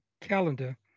calendar